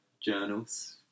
journals